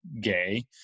gay